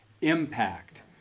impact